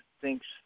thinks